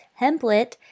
template